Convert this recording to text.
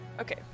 Okay